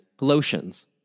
lotions